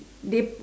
they